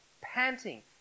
panting